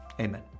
amen